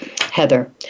Heather